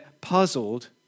puzzled